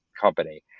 company